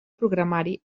programari